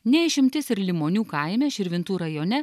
ne išimtis ir limonių kaime širvintų rajone